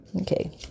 Okay